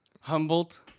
Humboldt